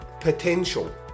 potential